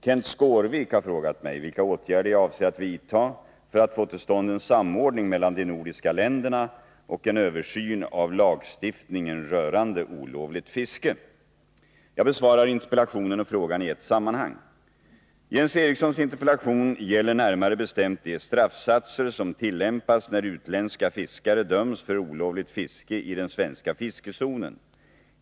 Kenth Skårvik har frågat mig vilka åtgärder jag avser att vidta för att få till stånd en samordning mellan de nordiska länderna och en översyn av lagstiftningen rörande olovligt fiske. Jag besvarar interpellationen och frågan i ett sammanhang. Jens Erikssons interpellation gäller närmare bestämt de straffsatser som tillämpas när utländska fiskare döms för olovligt fiske i den svenska fiskezonen.